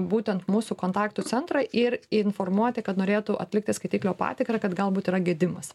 būtent mūsų kontaktų centrą ir informuoti kad norėtų atlikti skaitiklio patikrą kad galbūt yra gedimas